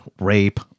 rape